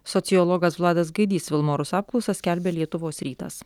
sociologas vladas gaidys vilmorus apklausą skelbia lietuvos rytas